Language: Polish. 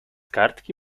kartki